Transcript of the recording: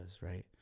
Right